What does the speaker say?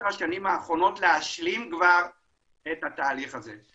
השנים האחרונות להשלים את התהליך הזה.